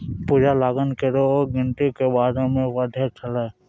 पूजा लगान केरो गिनती के बारे मे पढ़ै छलै